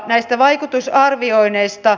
näistä vaikutusarvioinneista